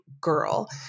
girl